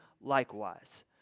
likewise